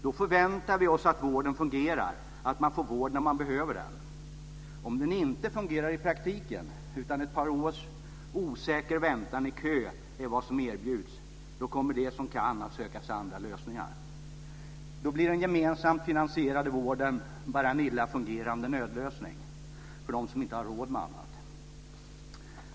Då förväntar vi oss att vården fungerar och att man får vård när man behöver den. Om den inte fungerar i praktiken utan ett par års osäker väntan i kö är vad som erbjuds kommer de som kan att söka sig andra lösningar. Då blir den gemensamt finansierade vården bara en illa fungerande nödlösning för dem som inte har råd med annat.